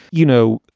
you know,